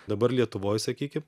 dabar lietuvoj sakykim